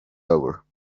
over